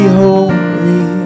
holy